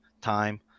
time